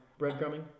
breadcrumbing